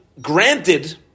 granted